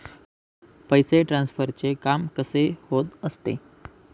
पैसे ट्रान्सफरचे काम कसे होत असते?